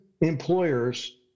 employers